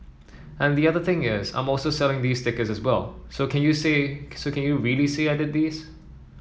and the other thing is I'm also selling these stickers as well so can you say so can you really say I did these